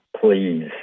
please